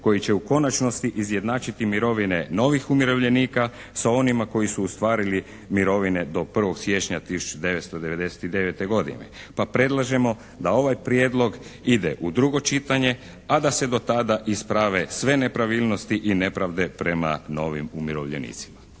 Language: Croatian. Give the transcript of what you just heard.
koji će u konačnosti izjednačiti mirovine novih umirovljenika sa onima koji su ostvarili mirovine do 1. siječnja 1999. godine pa predlažemo da ovaj prijedlog ide u drugo čitanje a da se do tada isprave sve nepravilnosti i nepravde prema novim umirovljenicima.